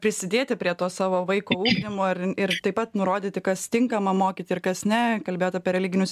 prisidėti prie to savo vaiko ugdymo ir ir taip pat nurodyti kas tinkama mokyti ir kas ne kalbėjot apie religinius